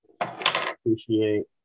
appreciate